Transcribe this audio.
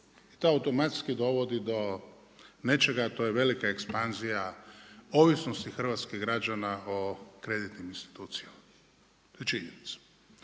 i to automatski dovodi do nečega, a to je velika ekspanzija ovisnosti hrvatskih građana o kreditnim institucijama. To je činjenica.